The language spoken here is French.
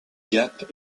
gap